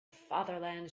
fatherland